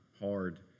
hard